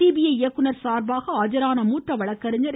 CBI இயக்குனர் சார்பாக ஆஜரான மூத்த வழக்கறிஞர் கு